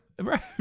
Right